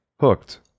hooked